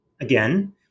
again